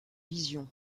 vision